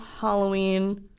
Halloween